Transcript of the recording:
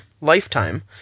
lifetime